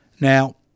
Now